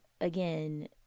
again